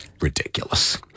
Ridiculous